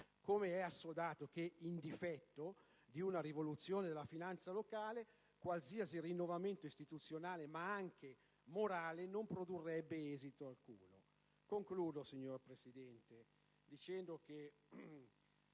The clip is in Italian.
com'è assodato che, in difetto di una rivoluzione della finanza locale, qualsiasi rinnovamento istituzionale, ma anche morale, non produrrebbe esito alcuno. Concludo, signor Presidente, dicendo che